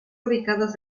ubicados